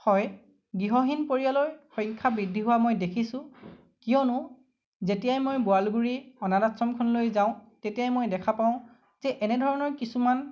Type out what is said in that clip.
হয় গৃহহীন পৰিয়ালৰ সংখ্যা বৃদ্ধি হোৱা মই দেখিছোঁ কিয়নো যেতিয়াই মই বোৱালগুৰি অনাথ আশ্ৰমখনলৈ যাওঁ তেতিয়াই মই দেখা পাওঁ যে এনে ধৰণৰ কিছুমান